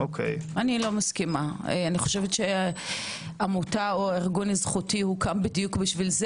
אני חושבת שעמותה או ארגון זכותי הוקם בדיוק לזה,